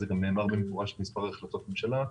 וזה גם נאמר במפורש במספר החלטות ממשלה,